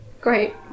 Great